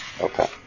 Okay